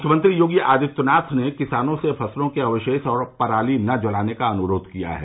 मुख्यमंत्री योगी आदित्यनाथ ने किसानों से फसलों के अवशेष और पराली नहीं जलाने का अनुरोध किया है